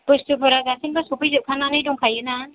बुस्थुफोरा गासैबो सौफैजोबखानानै दंखायो ना